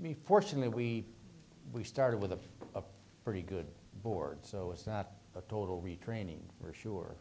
me fortune we we started with a pretty good board so it's not a total retraining for sure